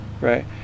right